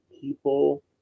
people